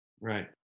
Right